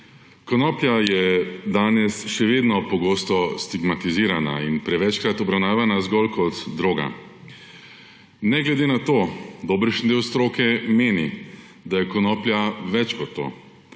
Konoplja je danes še vedno pogosto stigmatizirana in prevečkrat obravnavana zgolj kot droga. Ne glede na to dobršen del stroke meni, da je konoplja več kot to,